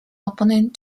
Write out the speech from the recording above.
opponent